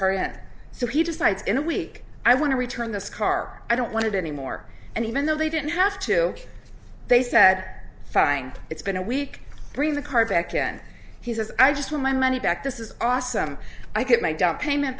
current so he decides in a week i want to return the car i don't want it anymore and even though they didn't have to they said fine it's been a week bring the car back and he says i just want my money back this is awesome i get my downpayment